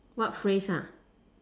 what phrase ah